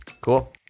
Cool